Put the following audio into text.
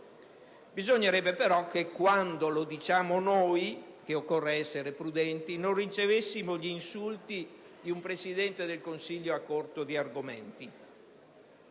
Bisognerebbe però che quando siamo noi a ricordare che occorre essere prudenti non ricevessimo gli insulti di un Presidente del Consiglio a corto di argomenti.